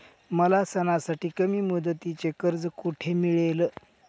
मला सणासाठी कमी मुदतीचे कर्ज कोठे मिळेल?